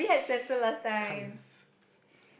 colours